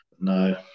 no